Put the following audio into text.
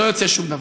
לא יוצא שום דבר.